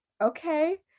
Okay